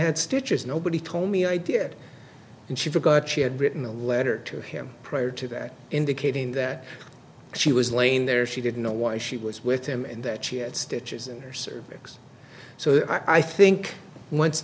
had stitches nobody told me idea and she forgot she had written a letter to him prior to that indicating that she was laying there she didn't know why she was with him and that she had stitches in her cervix so i think once